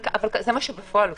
זה מה שבפועל עושים.